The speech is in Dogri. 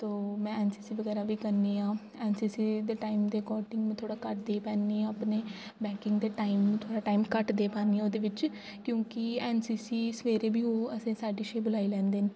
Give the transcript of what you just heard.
तो में एन सी सी बगैरा बी करनी आं ते एन सी सी दे टाइम दे अकॉर्डिंग में थोह्ड़ा घर दी बेह्नी आं अपने लेकिन बैंकिंग ताहीं टाइम थोह्ड़ा घट्ट देई पानी आं ओह्दे बिच क्योंकि एन सी सी सबैह्रे बी असें गी ओह् साढ़े छेऽ बलाई लैंदे न